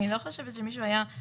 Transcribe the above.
אני רוצה לראות אותו מול פניי,